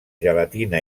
gelatina